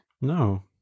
No